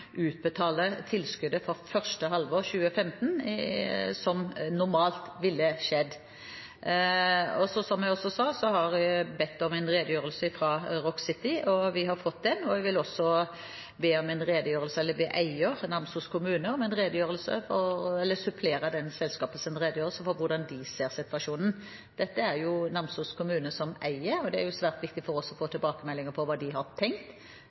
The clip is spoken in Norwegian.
utbetale tilskuddet for første halvår 2015, som normalt ville skjedd. Som jeg også sa, har vi bedt om en redegjørelse fra Rock City – og vi har fått den. Vi vil også be eieren, Namsos kommune, supplere selskapets redegjørelse med tanke på hvordan de ser på situasjonen. Det er jo Namsos kommune som er eier, og det er svært viktig for oss å få tilbakemeldinger om hva de har tenkt,